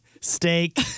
Steak